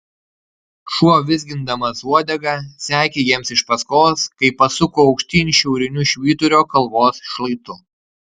šuo vizgindamas uodega sekė jiems iš paskos kai pasuko aukštyn šiauriniu švyturio kalvos šlaitu